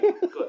good